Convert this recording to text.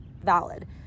valid